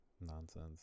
nonsense